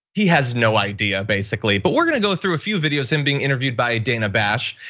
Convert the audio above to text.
he has no idea basically, but we're gonna go through a few videos, him being interviewed by dana bash.